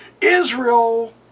Israel